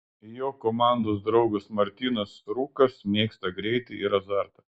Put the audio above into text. jo komandos draugas martynas rūkas mėgsta greitį ir azartą